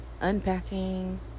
unpacking